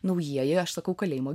naujieji aš sakau kalėjimo